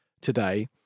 today